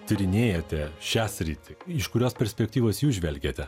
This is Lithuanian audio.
tyrinėjate šią sritį iš kurios perspektyvos jūs žvelgiate